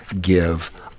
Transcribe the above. give